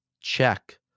check